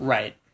Right